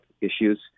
issues